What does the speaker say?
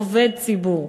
עובד ציבור,